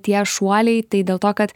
tie šuoliai tai dėl to kad